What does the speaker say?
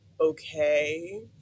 okay